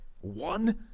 one